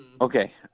Okay